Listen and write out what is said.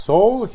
Soul